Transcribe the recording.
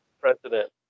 president